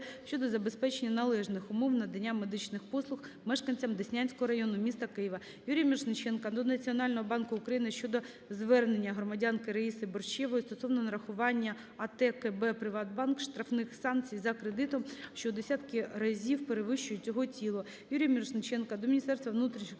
щодо забезпечення належних умов надання медичних послуг мешканцям Деснянського району міста Києва. Юрія Мірошниченка до Національного банку України щодо звернення громадянки Раїси Борщевої стосовно нарахування АТ КБ "Приватбанк" штрафних санкцій за кредитом, що у десятки разів перевищують його тіло. Юрія Мірошниченка до Міністерства внутрішніх